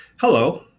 Hello